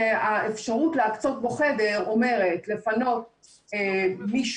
שהאפשרות להקצות בו חדר אומרת לפנות מישהו